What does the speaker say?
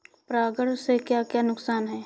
परागण से क्या क्या नुकसान हैं?